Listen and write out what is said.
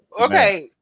okay